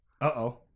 Uh-oh